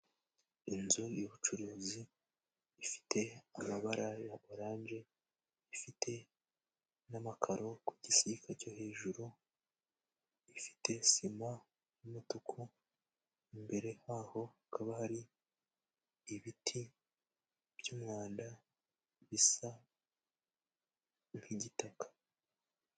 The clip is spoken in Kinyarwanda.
Inzu y'ubucuruzi ifite amabara ya oranje, ifite n'amakaro ku gisika cyo hejuru, ifite sima y'umutuku imbere haho hakaba hari ibiti by'umwanda bisa nk'igitaka.